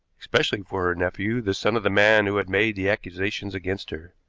especially for her nephew, the son of the man who had made the accusations against her.